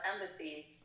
embassy